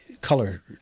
color